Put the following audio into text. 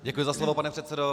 Děkuji za slovo, pane předsedo.